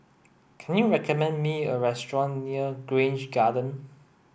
can you recommend me a restaurant near Grange Garden